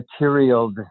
material